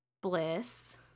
bliss